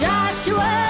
Joshua